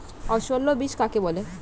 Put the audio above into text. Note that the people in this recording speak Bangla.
অসস্যল বীজ কাকে বলে?